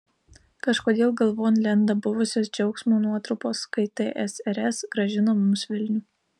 kažkodėl galvon lenda buvusios džiaugsmo nuotrupos kai tsrs grąžino mums vilnių